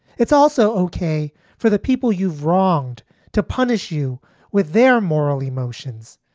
it's also ok for the people you've wronged to punish you with their moral emotions,